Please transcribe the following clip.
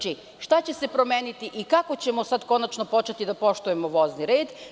Šta će se promeniti i kako ćemo konačno početi da poštujemo vozni red?